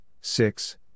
six